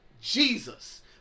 Jesus